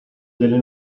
delle